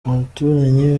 abaturanyi